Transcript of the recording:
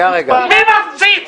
מי מפציץ?